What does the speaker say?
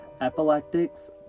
epileptics